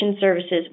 services